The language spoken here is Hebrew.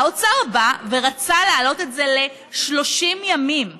האוצר בא ורצה להעלות את זה ל-30 ימים לחודש.